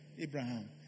Abraham